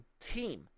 team